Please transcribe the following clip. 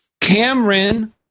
Cameron